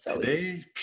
today